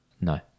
No